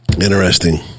interesting